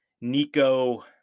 Nico